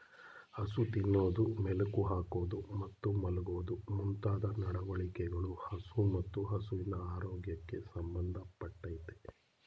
ಹಸು ತಿನ್ನೋದು ಮೆಲುಕು ಹಾಕೋದು ಮತ್ತು ಮಲ್ಗೋದು ಮುಂತಾದ ನಡವಳಿಕೆಗಳು ಹಸು ಮತ್ತು ಹಸುವಿನ ಆರೋಗ್ಯಕ್ಕೆ ಸಂಬಂಧ ಪಟ್ಟಯ್ತೆ